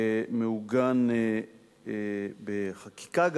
שמעוגן גם בחקיקה,